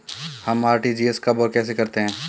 हम आर.टी.जी.एस कब और कैसे करते हैं?